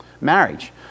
marriage